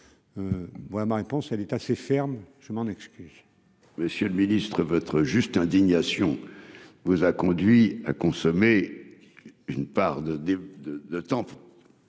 voilà ma réponse, elle est assez ferme, je m'en excuse. Monsieur le ministre, votre juste indignation vous a conduit à consommer une part de, de,